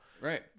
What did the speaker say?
Right